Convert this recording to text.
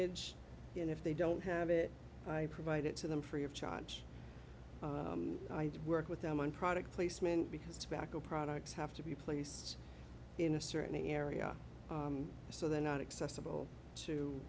age and if they don't have it i provide it to them free of charge i did work with them on product placement because tobacco products have to be placed in a certain area so they are not accessible